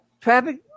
traffic